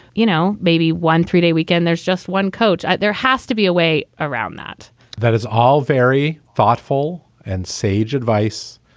you know, maybe one three day weekend, there's just one coach there has to be a way around that that is all very thoughtful and sage advice.